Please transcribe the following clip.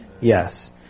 Yes